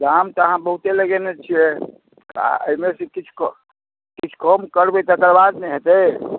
दाम तऽ अहाँ बहुते लगेने छियै तऽ एहिमे से किछु कम किछु कम करबै तकरबाद ने हेतै